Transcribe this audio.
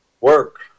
work